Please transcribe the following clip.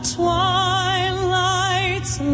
twilight's